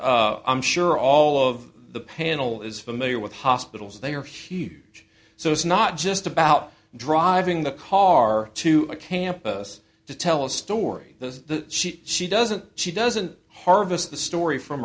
as i'm sure all of the panel is familiar with hospitals they are huge so it's not just about driving the car to a campus to tell a story the she she doesn't she doesn't harvest the story from